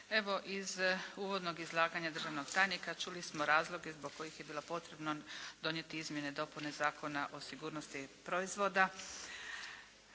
Evo, iz uvodnog izlaganja državnog tajnika čuli smo razloge zbog kojih je bilo potrebno donijeti izmjene i dopune Zakona o sigurnosti proizvoda.